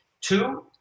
Two